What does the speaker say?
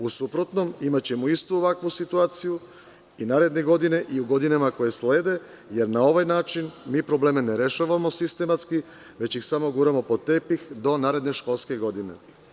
U suprotnom, imaćemo istu ovakvu situaciju i naredne godine i u godinama koje slede, jer na ovaj način mi probleme ne rešavamo sistematski, već ih samo guramo pod tepih do naredne školske godine.